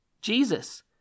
Jesus